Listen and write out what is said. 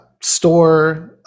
store